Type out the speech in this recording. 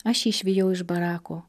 aš jį išvijau iš barako